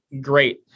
Great